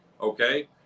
Okay